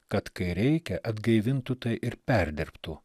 kad kai reikia atgaivintų tai ir perdirbtų